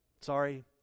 sorry